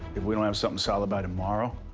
if we don't have something solid by tomorrow,